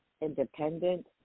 independent